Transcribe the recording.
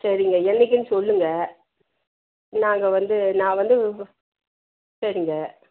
சரிங்க என்றைக்கினு சொல்லுங்க நாங்கள் வந்து நான் வந்து சரிங்க